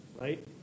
right